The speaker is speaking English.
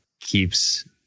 keeps